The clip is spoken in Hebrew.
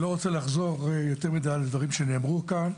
אני לא רוצה לחזור יותר מדי על הדברים שנאמרו כאן,